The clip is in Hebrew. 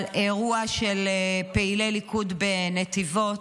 על אירוע של פעילי ליכוד בנתיבות: